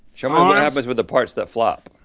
show me what happens with the parts that flop.